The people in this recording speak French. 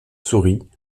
souris